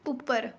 ਉੱਪਰ